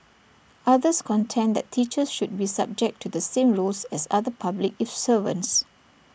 others contend that teachers should be subject to the same rules as other public if servants